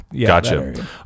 Gotcha